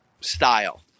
style